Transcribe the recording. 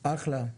אחלה.